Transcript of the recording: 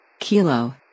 Kilo